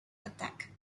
attack